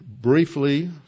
briefly